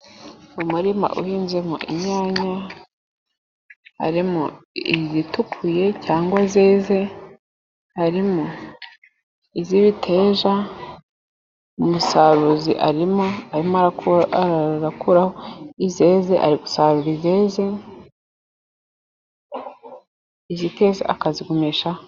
Umurima uhinzemo inyanya, harimo izitukuye, cyangwa zeze, harimo iz'ibiteja, umusaruzi arimo arakuraho izeze, arigusarura izeze, iziteze akazigumishaho.